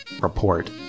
report